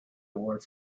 award